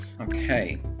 Okay